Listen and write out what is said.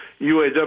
UAW